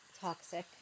toxic